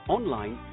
Online